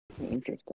Interesting